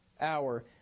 hour